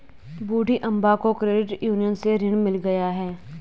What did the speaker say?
बूढ़ी अम्मा को credit union से ऋण मिल गया है